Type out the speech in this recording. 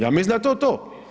Ja mislim da je to to.